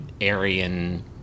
Aryan